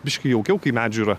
biškį jaukiau kai medžių yra